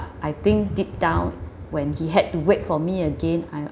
I think deep down when he had to wait for me again I